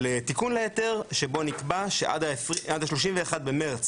על תיקון להיתר שבו נקבע שעד ה-31 במרץ